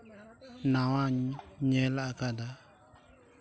ᱱᱟᱣᱟᱧ ᱧᱮᱞ ᱟᱠᱟᱫᱟ